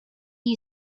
you